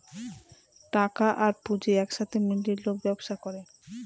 টাকা আর পুঁজি এক সাথে মিলিয়ে লোক ব্যবসা করে